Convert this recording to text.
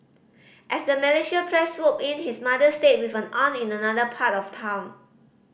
as the Malaysian press swooped in his mother stayed with an aunt in another part of town